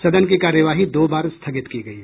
सदन की कार्यवाही दो बार स्थगित की गयी